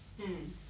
mm